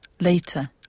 Later